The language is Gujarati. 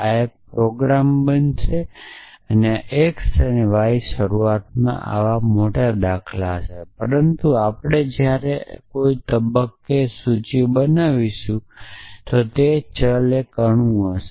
આ એક પ્રોગ્રામ બનશે તેથી આ એક્સ અને y શરૂઆતમાં આવા મોટા દાખલા હશે પરંતુ આખરે જ્યારે આપણે કોઈ તબક્કે સૂચિ બનાવીશું ત્યારે તેઓ ચલ અથવા અણુ હશે